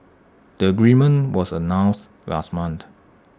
the agreement was announced last month